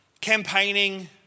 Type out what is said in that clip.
Campaigning